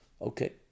Okay